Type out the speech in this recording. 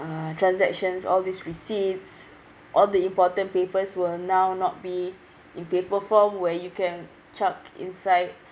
uh transactions all these receipts all the important papers will now not be in paper form where you can chuck inside